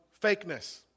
fakeness